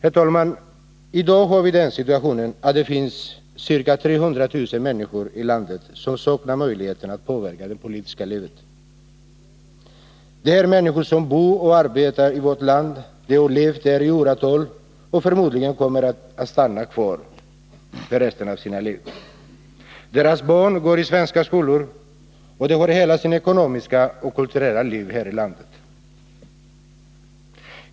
I dag har vi, herr talman, den situationen att det finns ca 300 000 människor i landet som saknar möjligheter att påverka det politiska livet. Det är människor som bor och arbetar i vårt land. De har levt här i åratal, och förmodligen kommer de att stanna kvar här resten av sina liv. Deras barn går i svenska skolor, och de lever hela sitt ekonomiska och kulturella liv här i landet.